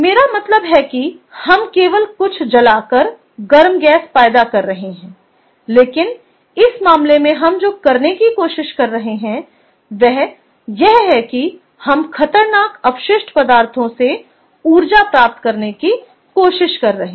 मेरा मतलब है कि हम केवल कुछ जलाकर गर्म गैस पैदा कर रहे हैं लेकिन इस मामले में हम जो करने की कोशिश कर रहे हैं वह यह है कि हम खतरनाक अपशिष्ट पदार्थों से ऊर्जा प्राप्त करने की कोशिश कर रहे हैं